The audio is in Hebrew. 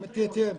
מתייתר.